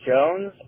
Jones